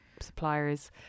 suppliers